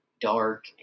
dark